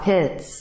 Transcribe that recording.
Hits